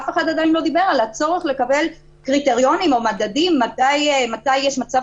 אף אחד עדיין לא דיבר על הצורך לקבל קריטריונים או מדדים מתי יש מצב